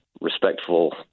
respectful